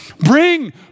Bring